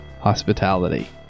hospitality